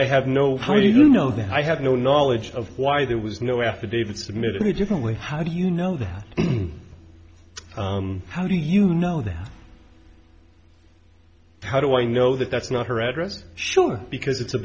that i have no knowledge of why there was no affidavit submitted in a different way how do you know that how do you know that how do i know that that's not her address sure because it's a